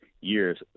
years